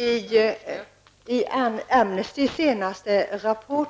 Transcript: Fru talman! I Amnestys senaste rapport